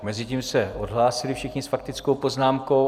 Mezitím se odhlásili všichni s faktickou poznámkou.